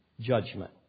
judgment